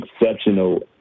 exceptional